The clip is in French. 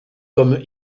comme